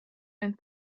and